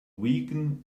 weaken